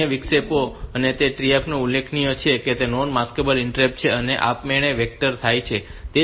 અન્ય વિક્ષેપ જે મેં TRAP નો ઉલ્લેખ કર્યો છે તે નોન માસ્કેબલ ઇન્ટરપ્ટ છે અને તે આપમેળે વેક્ટર થાય છે